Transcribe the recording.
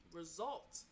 result